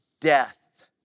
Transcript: death